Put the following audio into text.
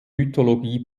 mythologie